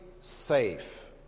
safe